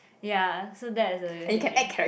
ya so that is a lucid dream